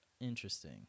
Interesting